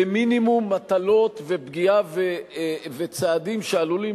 במינימום מטלות ופגיעה וצעדים שעלולים